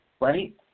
right